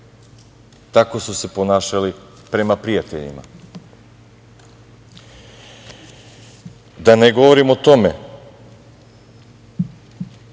Tako su se ponašali prema prijateljima. Da ne govorim o tome